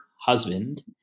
husband